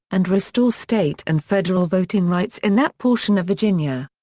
and restore state and federal voting rights in that portion of virginia.